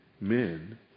men